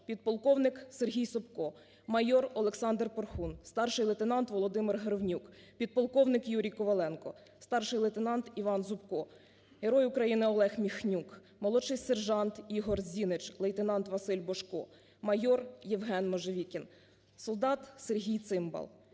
підполковник Сергій Собко, майор Олександр Порхун, старший лейтенант Володимир Гривнюк, підполковник Юрій Коваленко, старший лейтенант Іван Зубко, Герой України Олег Міхнюк, молодший сержант Ігор Зінич, лейтенант Василь Божко, майор Євген Можевікин, солдат Сергій Цимбал,